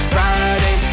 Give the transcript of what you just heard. Friday